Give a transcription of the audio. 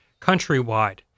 countrywide